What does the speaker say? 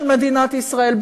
של מדינת ישראל,